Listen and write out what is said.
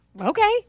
Okay